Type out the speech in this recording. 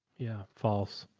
yeah. false.